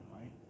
right